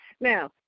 Now